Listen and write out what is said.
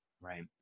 Right